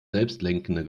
selbstlenkende